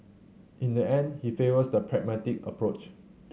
in the end he favours the pragmatic approach